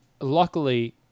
luckily